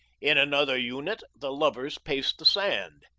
in another unit, the lovers pace the sand.